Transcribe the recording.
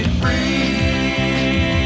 free